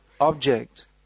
object